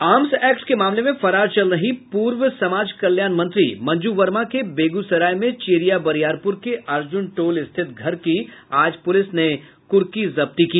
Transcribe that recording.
arms act के मामले में फरार चल रही पूर्व समाज कल्याण मंत्री मंजू वर्मा के बेगूसराय में चेरियाबरियारपूर के अर्जून टोल स्थित घर की आज पूलिस ने कूर्की जब्ती की